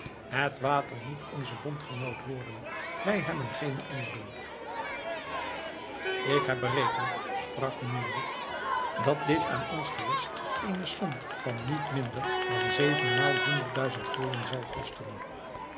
het water moet onze bondgenoot worden wij hebben geenen anderen ik heb berekend sprak nu een lid dat dit aan ons gewest eene som van niet minder dan zevenmaal honderd duizend gulden zal kosten